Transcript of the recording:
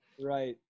Right